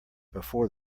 before